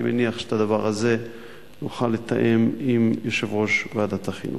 אני מניח שאת הדבר הזה נוכל לתאם עם יושב-ראש ועדת החינוך.